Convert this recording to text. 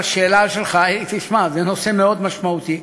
השאלה שלך, תשמע, זה נושא מאוד משמעותי.